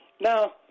Now